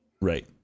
right